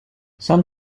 sun